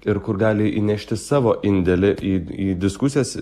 ir kur gali įnešti savo indėlį į į diskusijas